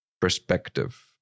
perspective